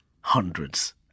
hundreds